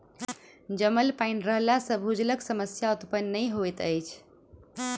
जमल पाइन रहला सॅ भूजलक समस्या उत्पन्न नै होइत अछि